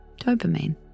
dopamine